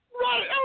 Right